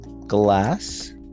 Glass